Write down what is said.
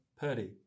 Purdy